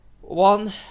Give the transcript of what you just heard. One